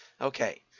Okay